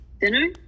dinner